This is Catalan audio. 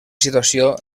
situació